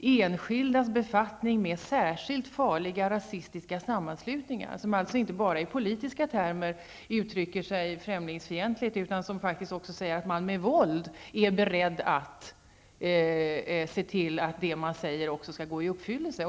enskildas befattning med särskilt farliga rasistiska sammanslutningar, som inte bara i politiska termer uttrycker sig främlingsfientligt utan som också säger att de med våld är beredda att se till att det de står för skall gå i uppfyllelse.